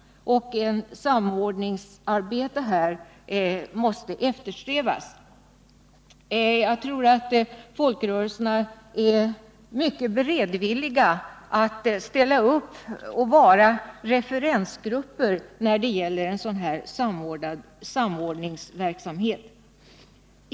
Ett samordningsarbete här måste eftersträvas. Jag tror att folkrörelserna är mycket beredvilliga att ställa upp och vara referensgrupper när det gäller sådan samordningsverksamhet.